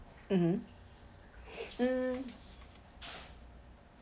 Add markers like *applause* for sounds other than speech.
mmhmm *breath* mm